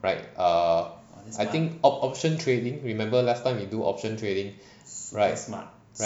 right err I think option trading remember last time you do option trading right right